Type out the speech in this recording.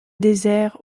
désert